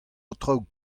aotrou